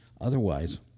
Otherwise